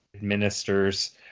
ministers